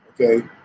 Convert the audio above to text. Okay